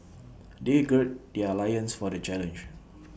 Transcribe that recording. they gird their loins for the challenge